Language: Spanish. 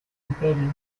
imperio